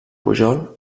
pujol